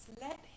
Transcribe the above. Let